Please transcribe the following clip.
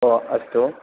ओ अस्तु